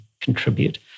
contribute